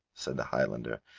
said the highlander.